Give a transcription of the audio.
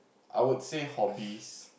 I would say hobbies